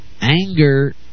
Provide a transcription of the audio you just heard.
Anger